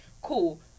Cool